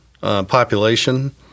population